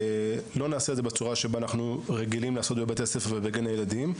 לא נעשה את זה בצורה שבה אנחנו רגילים לעשות בבתי הספר ובגני הילדים.